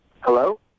Hello